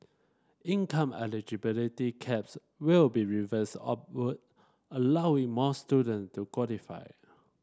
income eligibility caps will be revised upward allowing more student to qualify